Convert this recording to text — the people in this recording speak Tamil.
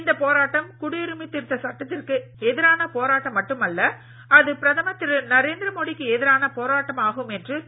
இந்தப் போராட்டம் குடியுரிமை திருத்த சட்டத்திற்கு எதிரான போராட்டம் மட்டுமல்ல அது பிரதமர் திரு நரேந்திர மோடிக்கு எதிரான போராட்டமாகும் என தெரிவித்தார்